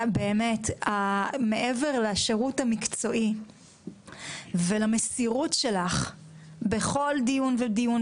מעבר לשירות המקצועי ולמסירות שלך בכל דיון ודיון,